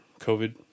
COVID